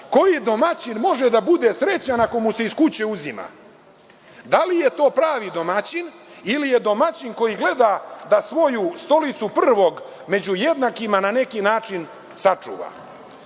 koji domaćin može da bude srećan ako mu se iz kuće uzima? Da li je to pravi domaćin ili je domaćin koji gleda da svoju stolicu prvog među jednakima, na neki način, sačuva? Šta